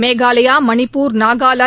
Meghalaya Manipur Nagaland